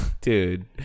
Dude